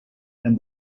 and